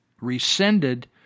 rescinded